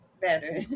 better